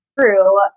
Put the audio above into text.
true